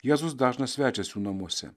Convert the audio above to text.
jėzus dažnas svečias jų namuose